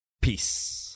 Peace